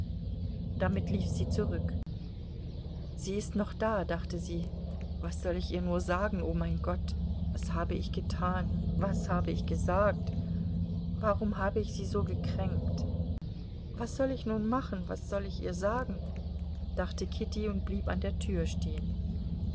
damit lief sie zurück sie ist noch da dachte sie was soll ich ihr nur sagen o mein gott was habe ich getan was habe ich gesagt warum habe ich sie so gekränkt was soll ich nun machen was soll ich ihr sagen dachte kitty und blieb an der tür stehen